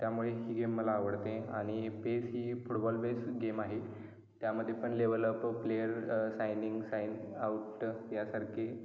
त्यामुळे ही गेम मला आवडते आणि पेसही फुटबॉल बेस गेम आहे त्यामध्ये पण level of player sign in sign out यासारखे